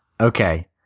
Okay